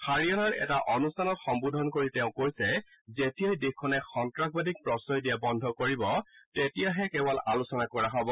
হাৰিয়ানাৰ এটা অনুষ্ঠানত সম্বোধন কৰি তেওঁ কৈছে যেতিয়াই দেশখনে সন্তাসবাদীক প্ৰশ্ৰয় দিয়া বন্ধ কৰিব তেতিয়াহে কেৱল আলোচনা সম্ভৱ হ'ব